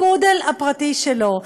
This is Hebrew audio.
לפודל הפרטי שלו.